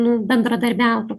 nu bendradarbiautų